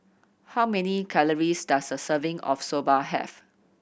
how many calories does a serving of Soba have